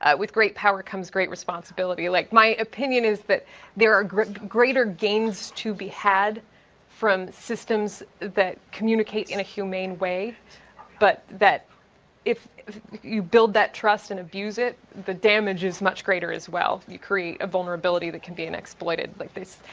ah with great power comes great responsibility. like my opinion is that there are greater gains to be had from systems that communicate in a humane way but that if you build that trust and abuse it the damage is much greater as well. you create a vulnerability that can be exploited like this.